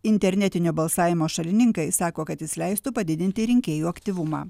internetinio balsavimo šalininkai sako kad jis leistų padidinti rinkėjų aktyvumą